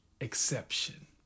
exception